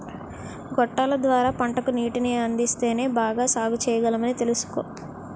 గొట్టాల ద్వార పంటకు నీటిని అందిస్తేనే బాగా సాగుచెయ్యగలమని తెలుసుకో